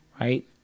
right